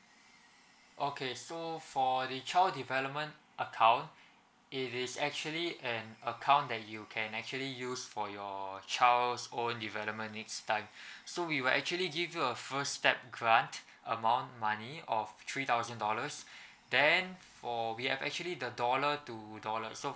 okay so for the child development account it is actually an account that you can actually use for your child's own development next time so we will actually give you a first step grant amount money of three thousand dollars then for we have actually the dollar two dollar so